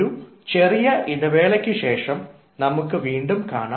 ഒരു ചെറിയ ഇടവേളക്ക് ശേഷം നമുക്ക് വീണ്ടും കാണാം